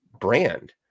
brand